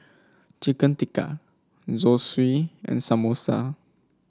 Chicken Tikka Zosui and Samosa